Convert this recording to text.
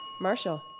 Marshall